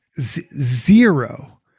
zero